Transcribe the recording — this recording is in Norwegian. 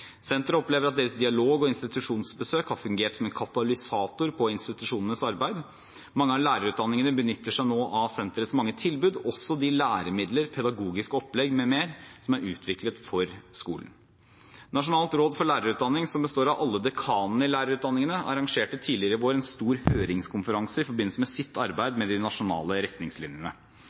Senteret opplever at deres dialog og institusjonsbesøk har fungert som en katalysator for institusjonenes arbeid: Mange av lærerutdanningene benytter seg nå av senterets mange tilbud – også de læremidler, pedagogiske opplegg m.m. som er utviklet for skolen. Nasjonalt råd for lærerutdanning – som består av alle dekanene i lærerutdanningene – arrangerte tidligere i vår en stor høringskonferanse i forbindelse med sitt